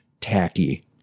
tacky